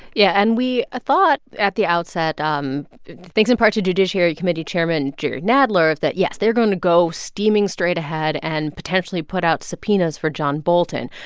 yeah. and we thought at the outset, um thanks in part to judiciary committee chairman jerry nadler, that yes, they're going to go steaming straight ahead and potentially put out subpoenas for john bolton.